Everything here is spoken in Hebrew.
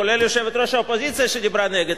כולל יושבת-ראש האופוזיציה שדיברה נגד,